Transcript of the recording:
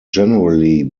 generally